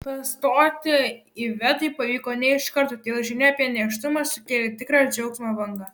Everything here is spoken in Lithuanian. pastoti ivetai pavyko ne iš karto todėl žinia apie nėštumą sukėlė tikrą džiaugsmo bangą